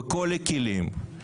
בכל הכלים.